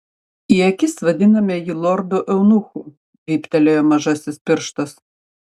į akis vadiname jį lordu eunuchu vyptelėjo mažasis pirštas